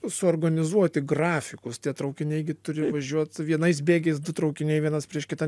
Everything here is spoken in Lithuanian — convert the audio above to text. suorganizuoti grafikus tie traukiniai gi turi važiuot vienais bėgiais du traukiniai vienas prieš kitą